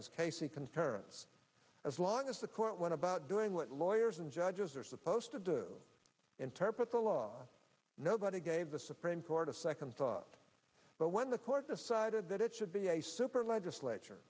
his case he can parents as long as the court went about doing what lawyers and judges are supposed to do interpret the law nobody gave the supreme court a second thought but when court decided that it should be a super legislature